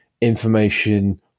information